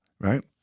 right